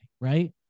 right